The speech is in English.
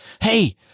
Hey